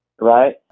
Right